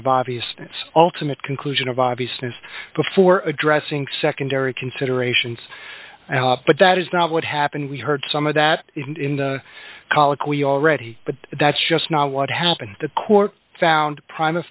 of obviousness ultimate conclusion of obviousness before addressing secondary considerations but that is not what happened we heard some of that in the colloquy already but that's just not what happened the court found prim